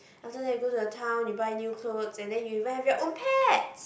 after that go to the town you buy new clothes and then you even have your own pets